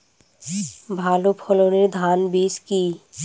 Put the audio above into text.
ভালো ফলনের ধান বীজ কি?